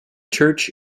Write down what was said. church